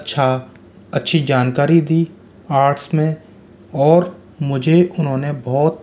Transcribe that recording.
अच्छा अच्छी जानकारी दी आर्ट्स में और मुझे उन्होंने बहुत